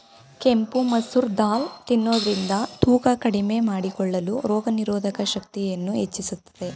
ಕೆಂಪು ಮಸೂರ್ ದಾಲ್ ತಿನ್ನೋದ್ರಿಂದ ತೂಕ ಕಡಿಮೆ ಮಾಡಿಕೊಳ್ಳಲು, ರೋಗನಿರೋಧಕ ಶಕ್ತಿಯನ್ನು ಹೆಚ್ಚಿಸುತ್ತದೆ